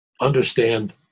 Understand